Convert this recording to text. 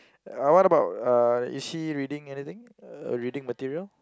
uh what about uh is she reading anything reading material